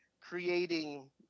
creating –